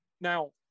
Now